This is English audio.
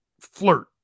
flirt